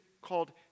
called